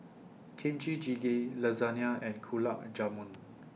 Kimchi Jjigae Lasagne and Gulab Jamun